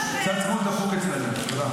צד שמאל דפוק אצלנו.